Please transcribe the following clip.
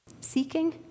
seeking